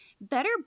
better